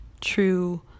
true